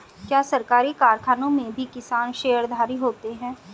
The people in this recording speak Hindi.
क्या सरकारी कारखानों में भी किसान शेयरधारी होते हैं?